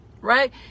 right